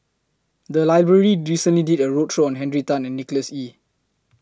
The Library recently did A roadshow on Henry Tan and Nicholas Ee